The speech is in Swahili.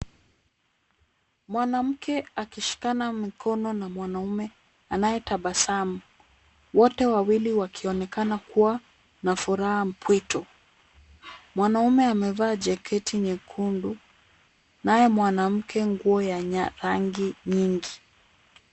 Mwanamke akishikana mkono na mwanaume anaye tabasamu, wote wawili wakionekana kuwa na furaha mpwito. Mwanaume amevaa jaketi nyekundu naye mwanamke nguo ya rangi nyingi.